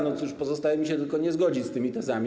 No cóż, pozostaje mi się tylko nie zgodzić z tymi tezami.